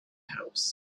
house